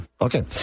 Okay